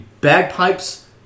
bagpipes